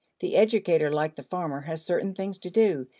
the educator, like the farmer, has certain things to do,